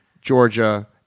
Georgia